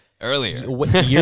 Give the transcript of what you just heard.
earlier